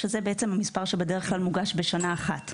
וזה בעצם המספר שבדרך כלל מוגש בשנה אחת.